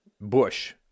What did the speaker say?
bush